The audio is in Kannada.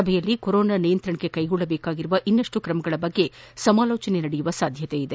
ಸಭೆಯಲ್ಲಿ ಕೊರೊನಾ ನಿಯಂತ್ರಣಕ್ಕೆ ಕೈಗೊಳ್ಳಬೇಕಾದ ಇನ್ನಷ್ಟು ಕ್ರಮಗಳ ಬಗ್ಗೆ ಚರ್ಚೆ ನಡೆಸುವ ಸಾಧ್ಯತೆ ಇದೆ